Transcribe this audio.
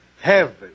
Heaven